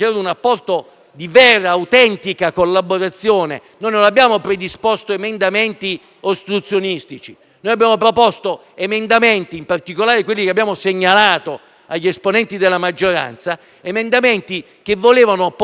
di vera e autentica collaborazione: non abbiamo predisposto emendamenti ostruzionistici, ma abbiamo proposto emendamenti, in particolare quelli che abbiamo segnalato agli esponenti della maggioranza, che volevano portare